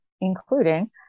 including